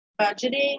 budgeting